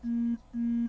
eh